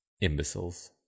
imbeciles